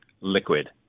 liquid